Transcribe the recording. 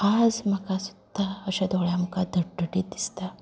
आज म्हाका सुद्दां अशें दोळ्या मुखार तट्टटीत दिसता